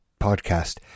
podcast